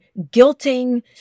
guilting